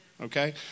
okay